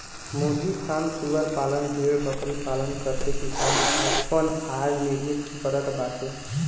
मुर्गी फ्राम सूअर पालन भेड़बकरी पालन करके किसान आपन आय निर्मित करत बाडे